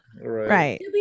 right